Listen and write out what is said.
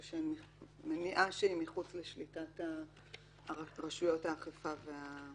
או מניעה שהיא מחוץ לשליטת רשויות האכיפה והחקירה והתביעה.